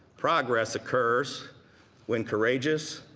progress occurs when courageous